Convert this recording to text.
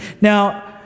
Now